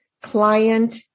client